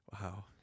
Wow